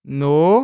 no